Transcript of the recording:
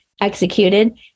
executed